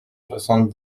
soixante